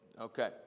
okay